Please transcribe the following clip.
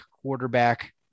quarterback